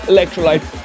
Electrolyte